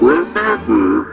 remember